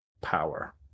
power